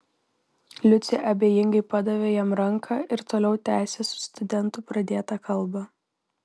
liucė abejingai padavė jam ranką ir toliau tęsė su studentu pradėtą kalbą